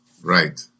Right